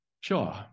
Sure